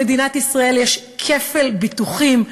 מהתושבים במדינת ישראל יש כפל ביטוחים.